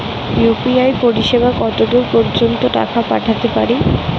UPI পরিসেবা কতদূর পর্জন্ত টাকা পাঠাতে পারি?